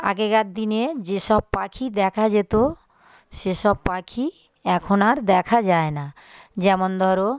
আগেকার দিনে যেসব পাখি দেখা যেতো সেসব পাখি এখন আর দেখা যায় না যেমন ধরো